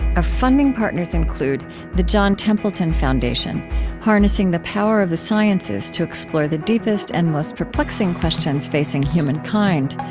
our funding partners include the john templeton foundation harnessing the power of the sciences to explore the deepest and most perplexing questions facing human kind.